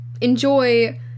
enjoy